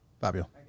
Fabio